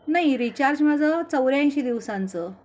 नाही रिचार्ज माझं चौऱ्याऐंशी दिवसांचं